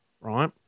right